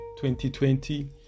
2020